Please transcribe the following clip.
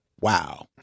Wow